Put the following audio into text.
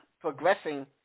progressing